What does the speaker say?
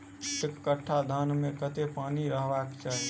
एक कट्ठा धान मे कत्ते पानि रहबाक चाहि?